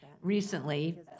recently